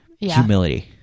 humility